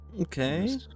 Okay